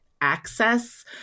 access